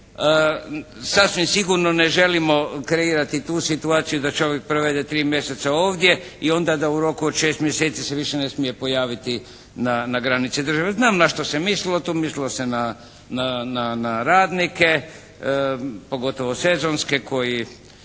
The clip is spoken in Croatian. sasvim sigurno ne želimo kreirati tu situaciju da čovjek provede tri mjeseca ovdje i onda da u roku od šest mjeseci se više ne smije pojaviti na granici države. Znam na što se mislilo tu, mislilo se na radnike pogotovo sezonske koji